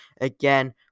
again